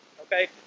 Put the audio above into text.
Okay